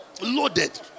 Loaded